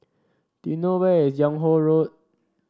do you know where is Yung Ho Road